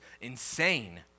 insane